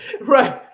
right